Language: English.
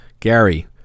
Gary